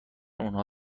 اونها